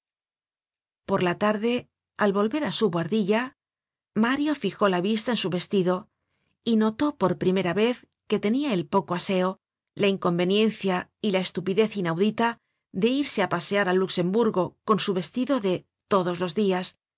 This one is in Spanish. por la tarde al volver á su buhardilla mario fijó la vista en su vestido y notó por primera vez que tenia el poco aseo la inconveniencia y la estupidez inaudita de irse á pasear al luxemburgo con su vestido de todos los dias